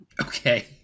Okay